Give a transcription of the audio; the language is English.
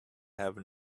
have